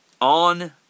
on